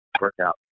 workout